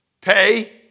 Pay